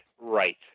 right